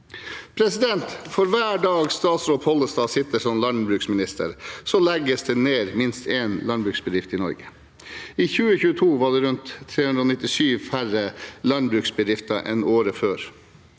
modeller. For hver dag statsråd Pollestad sitter som landbruksminister, legges det ned minst én landbruksbedrift i Norge. I 2022 var det rundt 397 færre landbruksbedrifter enn året før.